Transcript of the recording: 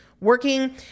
working